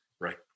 right